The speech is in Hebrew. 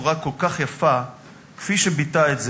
בצורה כל כך יפה כפי שביטא את זה,